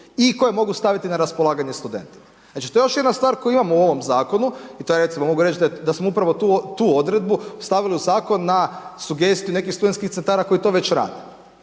i koje mogu staviti na raspolaganje studentima. Znači to je još jedna stvar koju imamo u ovom zakonu i to recimo mogu reći smo upravo tu odredbu stavili u zakon na sugestiju nekih studentskih centara koji to već rade.